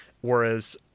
whereas